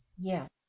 Yes